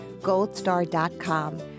goldstar.com